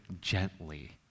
gently